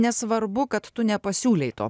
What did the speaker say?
nesvarbu kad nepasiūlei to